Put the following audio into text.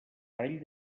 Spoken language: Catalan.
parell